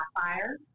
fire